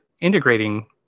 integrating